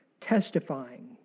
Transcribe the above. Testifying